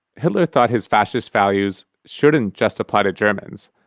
hitler thought his fascist values shouldn't just apply to germans.